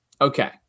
Okay